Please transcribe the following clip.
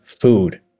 food